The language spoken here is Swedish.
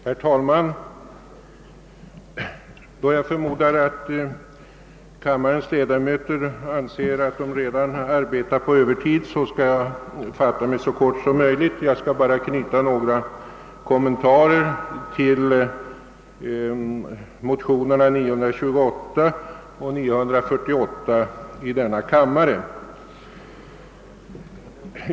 Herr talman! Då jag förmodar att kammarens ledamöter anser att de redan arbetar på övertid skall jag fatta mig så kort som möjligt. Jag skall bara göra några kommentarer till motionerna II: 928 och II: 948.